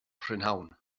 prynhawn